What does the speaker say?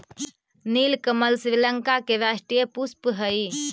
नीलकमल श्रीलंका के राष्ट्रीय पुष्प हइ